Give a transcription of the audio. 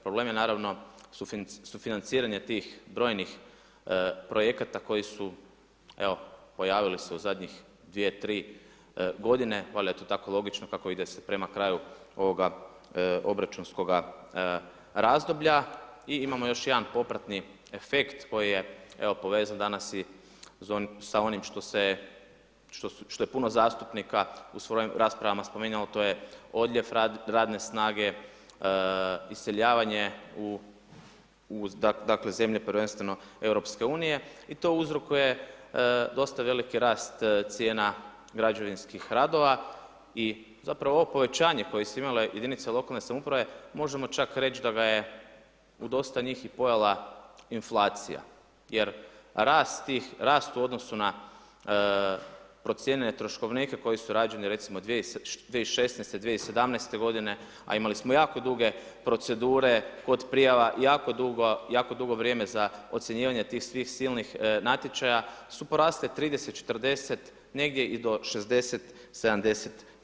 Problem je naravno sufinanciranje tih brojnih projekata koji su evo pojavili se u zadnjih 2, 3 g., valjda je to tako logično kako ide prema kraju ovoga obračunskoga razdoblja i imamo još jedan popratni efekt koji je, evo povezan danas i sa onim što je puno zastupnika u svojim raspravama spominjalo, to je odljev radne snage, iseljavanje u dakle zemlje prvenstveno EU-a i to uzrokuje dosta veliki rast cijena građevinskih radova i zapravo ovo povećanje koje su imale jedinice lokalne samouprave, možemo čak reć da ga je u dosta njih pojela inflacija jer rast tih u odnosu na procjene troškovnika koje su rađene recimo 2016., 2017. g., a imali smo jako duge procedure kod prijava, jako dugo vrijeme za ocjenjivanja tih svih silnih natječaja su porasle 30, 40, negdje i do 60, 70%